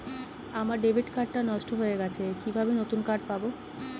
আমার debit card টা নষ্ট হয়ে গেছে কিভাবে নতুন কার্ড পাব?